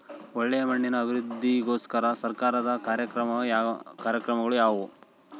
ಒಳ್ಳೆ ಮಣ್ಣಿನ ಅಭಿವೃದ್ಧಿಗೋಸ್ಕರ ಸರ್ಕಾರದ ಕಾರ್ಯಕ್ರಮಗಳು ಯಾವುವು?